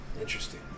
Interesting